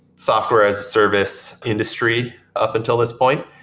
software as a service industry up until this point.